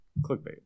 clickbait